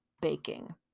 baking